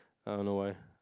I don't know why